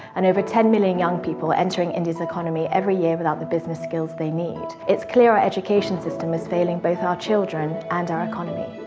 and over ten million young people entering india's economy every year without the business skills they need, it's clear our education system is failing both our children and our economy.